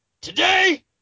Today